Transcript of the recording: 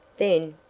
then,